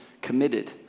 committed